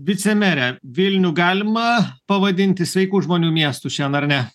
e vicemere vilnių galima pavadinti sveikų žmonių miestu šiandien ar ne